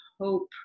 hope